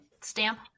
stamp